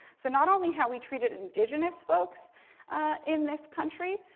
so, not only have we treated indigenous folks in this country,